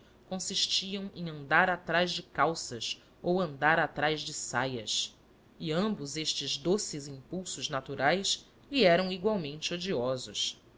consistiam em andar atrás de calças ou andar atrás de saias e ambos estes doces impulsos naturais lhe eram igualmente odiosos